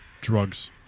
Drugs